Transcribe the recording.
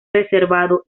reservado